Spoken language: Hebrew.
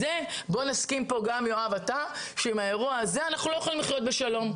בואו נסכים פה שעם האירוע הזה אנחנו לא יכולים לחיות בשלום.